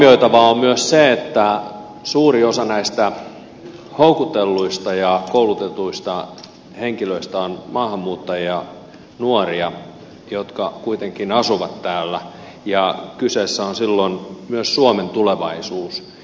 huomioitavaa on myös se että suuri osa näistä houkutelluista ja koulutetuista henkilöistä on maahanmuuttajanuoria jotka kuitenkin asuvat täällä ja kyseessä on silloin myös suomen tulevaisuus